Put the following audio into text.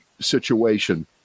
situation